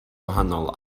gwahanol